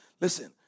Listen